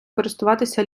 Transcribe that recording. користуватися